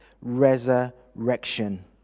Resurrection